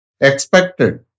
expected